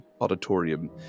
auditorium